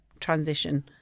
transition